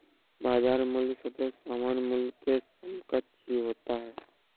बाजार मूल्य सदैव सामान्य मूल्य के समकक्ष ही होता है